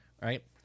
right